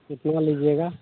कितना लीजिएगा